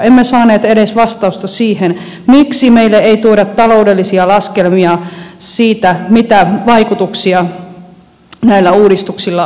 emme saaneet vastausta edes siihen miksi meille ei tuoda taloudellisia laskelmia siitä mitä vaikutuksia näillä uudistuksilla on